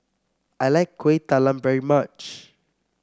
I like Kuih Talam very much